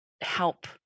help